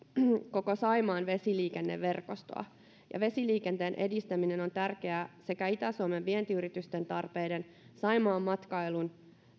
koko saimaan vesiliikenneverkostoa vesiliikenteen edistäminen on tärkeää sekä itä suomen vientiyritysten tarpeiden saimaan matkailun